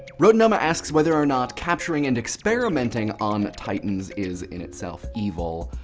rotinoma asks whether or not capturing and experimenting on the titans is, in itself, evil.